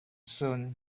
soon